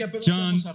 John